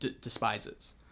despises